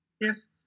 Yes